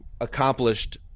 accomplished